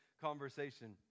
conversation